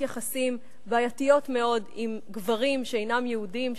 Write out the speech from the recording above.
יחסים בעייתיות מאוד עם גברים שאינם יהודים,